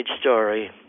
story